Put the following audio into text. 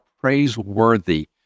praiseworthy